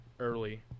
early